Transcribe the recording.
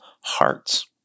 hearts